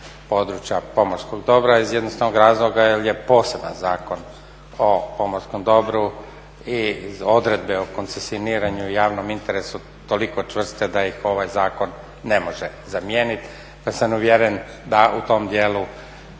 pomorskog dobra iz jednostavnog razloga jer je poseban zakon o pomorskom dobru i odredbe o koncesioniranju, javnom interesu toliko čvrste da ih ovaj zakon ne može zamijeniti. Pa sam uvjeren da u tom dijelu